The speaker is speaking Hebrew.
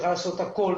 היא יכולה לעשות הכול.